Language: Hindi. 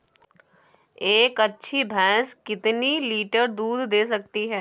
एक अच्छी भैंस कितनी लीटर दूध दे सकती है?